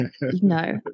No